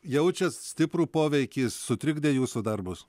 jaučiat stiprų poveikį sutrikdė jūsų darbus